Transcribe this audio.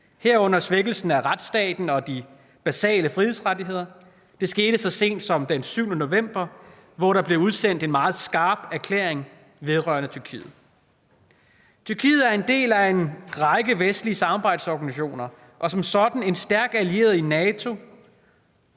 herunder svækkelsen af retsstaten og de basale frihedsrettigheder. Det skete så sent som den 7. november, hvor der blev udsendt en meget skarp erklæring vedrørende Tyrkiet. Tyrkiet er en del af en række vestlige samarbejdsorganisationer og som sådan en stærk allieret i NATO,